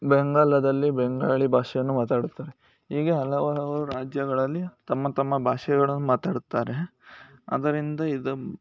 ಬಂಗಾಲದಲ್ಲಿ ಬೆಂಗಾಲಿ ಭಾಷೆಯನ್ನು ಮಾತಾಡುತ್ತಾರೆ ಹೀಗೆ ರಾಜ್ಯಗಳಲ್ಲಿ ತಮ್ಮ ತಮ್ಮ ಭಾಷೆಗಳನ್ನು ಮಾತಾಡುತ್ತಾರೆ ಅದರಿಂದ ಇದು